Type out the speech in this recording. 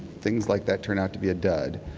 things like that turn out to be a dud.